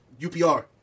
UPR